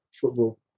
football